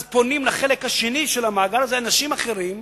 אז פונים לחלק השני של המאגר הזה, אנשים אחרים,